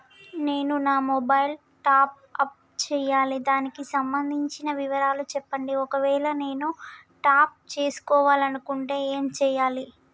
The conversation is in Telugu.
నేను నా మొబైలు టాప్ అప్ చేయాలి దానికి సంబంధించిన వివరాలు చెప్పండి ఒకవేళ నేను టాప్ చేసుకోవాలనుకుంటే ఏం చేయాలి?